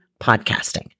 podcasting